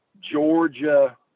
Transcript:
Georgia